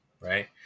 right